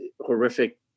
horrific